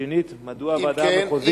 2. אם כן,